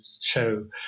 show